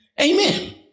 Amen